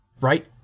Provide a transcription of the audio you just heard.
right